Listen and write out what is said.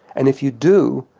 and if you do,